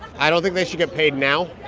i don't think they should get paid now.